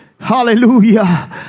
Hallelujah